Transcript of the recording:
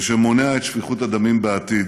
ומונע שפיכות דמים בעתיד.